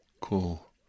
cool